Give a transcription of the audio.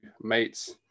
mates